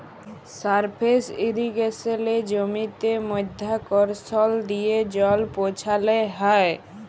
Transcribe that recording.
surface ইরিগেসলে জমিতে মধ্যাকরসল দিয়ে জল পৌঁছাল হ্যয়